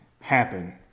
happen